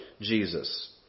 Jesus